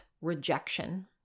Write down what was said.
rejection